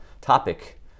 topic